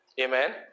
Amen